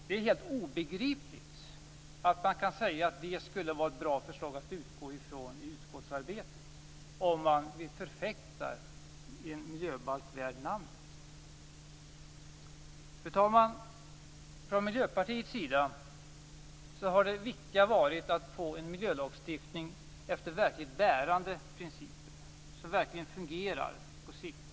Det är helt obegripligt att man kan säga att detta skulle vara ett bra förslag att utgå från i utskottsarbetet om man förfäktar en miljöbalk värd namnet. Fru talman! För Miljöpartiet har det viktiga varit att få en miljölagstiftning efter verkligt bärande principer som verkligen fungerar på sikt.